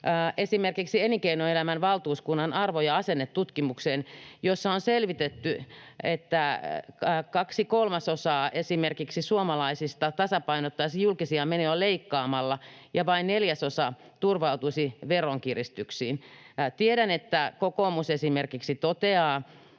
esimerkiksi Elinkeinoelämän valtuuskunnan arvo- ja asennetutkimukseen, jossa on esimerkiksi selvitetty, että kaksi kolmasosaa suomalaisista tasapainottaisi julkisia menoja leikkaamalla ja vain neljäsosa turvautuisi veronkiristyksiin. Tiedän, että kokoomus esimerkiksi toteaa,